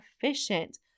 efficient